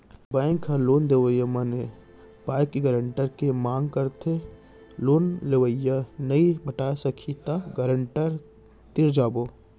bank ह loan देवब म ए पाय के गारेंटर के मांग करथे लोन लेवइया नइ पटाय सकही त गारेंटर तीर जाबो